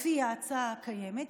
לפי ההצעה הקיימת,